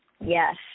Yes